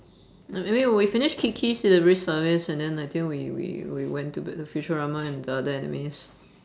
no maybe when we finish kiki's delivery service and then I think we we we went to a bit of futurama and the other animes